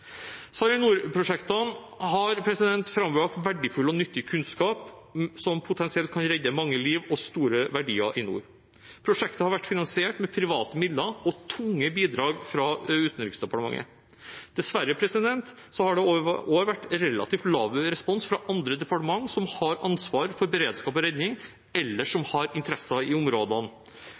har frambrakt verdifull og nyttig kunnskap som potensielt kan redde mange liv og store verdier i nord. Prosjektet har vært finansiert med private midler og tunge bidrag fra Utenriksdepartementet. Dessverre har det vært relativt laber respons fra andre departement som har ansvar for beredskap og redning, eller som har interesser i områdene.